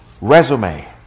resume